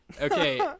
Okay